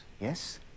yes